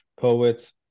poets